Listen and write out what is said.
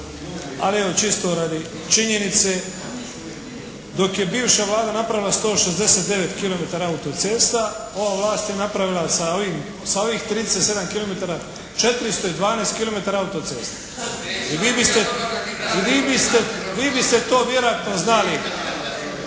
Ali evo čisto radi činjenice. Dok je bivša Vlada napravila 169 kilometara autocesta, ova vlast je napravila sa ovih 37 kilometara 412 kilometara autoceste. I vi biste to vjerojatno znali.